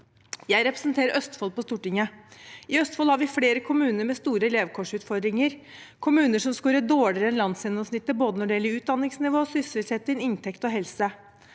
Jeg representerer Østfold på Stortinget. I Østfold har vi flere kommuner med store levekårsutfordringer, kommuner som scorer dårligere enn landsgjennomsnittet når det gjelder både utdanningsnivå, sysselsetting, inntekt og helse.